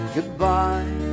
Goodbye